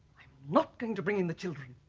not going to bring in the children.